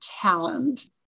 talent